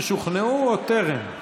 ששוכנעו או טרם?